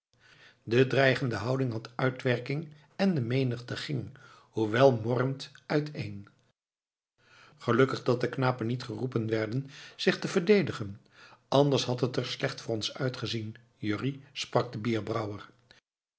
de dreigende houding had uitwerking en de menigte ging hoewel morrend uiteen gelukkig dat de knapen niet geroepen werden zich te verdedigen anders had het er slecht voor ons uit gezien jurrie sprak de bierbrouwer